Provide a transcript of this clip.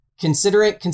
Considering